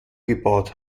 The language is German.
gebaut